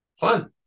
Fun